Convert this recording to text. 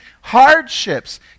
hardships